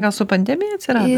ne su pandemija atsirado